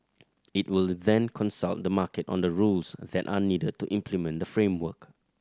it will then consult the market on the rules that are needed to implement the framework